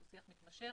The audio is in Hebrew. הוא שיח מתמשך.